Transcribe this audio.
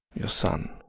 your son.